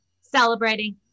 celebrating